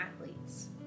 athletes